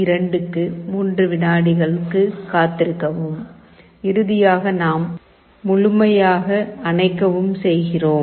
2 க்கு 3 வினாடிகளுக்கு காத்திருக்கவும் இறுதியாக நாம் முழுமையாக அணைக்கவும் செய்கிறோம்